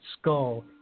skull